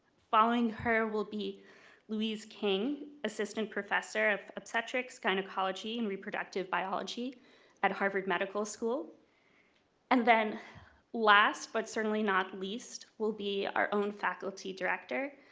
following her will be louise king, assistant professor of obstetrics gynecology and reproductive biology at harvard medical school and then last, but certainly not least, will be our own faculty director,